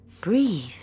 breathe